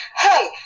hey